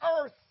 earth